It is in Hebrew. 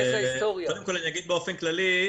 קודם כול אגיד באופן כללי,